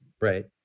Right